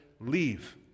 leave